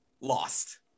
lost